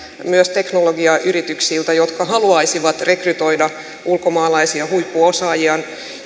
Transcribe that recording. myös teknologiayrityksiltä jotka haluaisivat rekrytoida ulkomaalaisia huippuosaajia